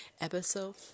episode